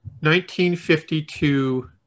1952